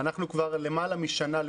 כבר למעלה משנה.